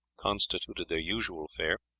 constituted their usual fare,